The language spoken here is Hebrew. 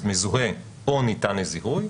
אז "מזוהה" או "ניתן לזיהוי".